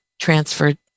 transferred